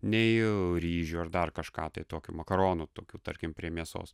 nei ryžių ar dar kažką tai tokių makaronų tokių tarkim prie mėsos